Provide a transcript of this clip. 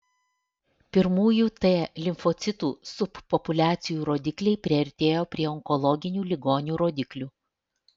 pirmųjų t limfocitų subpopuliacijų rodikliai priartėjo prie onkologinių ligonių rodiklių